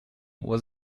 was